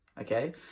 okay